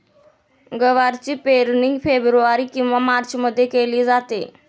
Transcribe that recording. गवारची पेरणी फेब्रुवारी किंवा मार्चमध्ये केली जाते